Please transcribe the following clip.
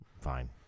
Fine